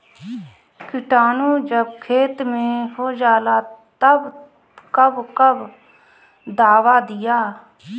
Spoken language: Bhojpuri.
किटानु जब खेत मे होजाला तब कब कब दावा दिया?